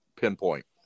pinpoint